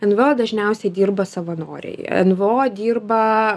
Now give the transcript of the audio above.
nvo dažniausiai dirba savanoriai nvo dirba